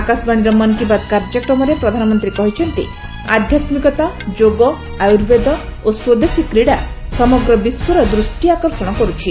ଆକାଶବାଣୀର ମନ୍ କି ବାତ୍ କାର୍ଯ୍ୟକ୍ରମରେ ପ୍ରଧାନମନ୍ତ୍ରୀ କହିଛନ୍ତି ଆଧ୍ୟାତ୍ମିକତା ଯୋଗ ଆୟୁର୍ବେଦ ଓ ସ୍ୱଦେଶୀ କ୍ରୀଡ଼ା ସମଗ୍ର ବିଶ୍ୱର ଦୃଷ୍ଟିଆକର୍ଷଣ କରୁଛି